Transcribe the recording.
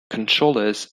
controllers